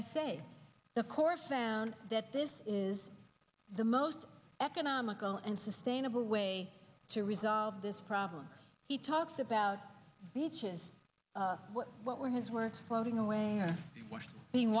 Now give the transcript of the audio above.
i say the course found that this is the most economical and sustainable way to resolve this problem he talked about beaches what were his works floating away being